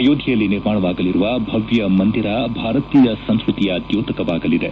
ಅಯೋಧ್ಯೆಯಲ್ಲಿ ನಿರ್ಮಾಣವಾಗಲಿರುವ ಭವ್ಯ ಮಂದಿರ ಭಾರತೀಯ ಸಂಸ್ಕತಿಯ ದ್ಯೋತಕವಾಗಲಿದೆ